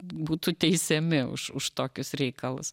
būtų teisiami už už tokius reikalus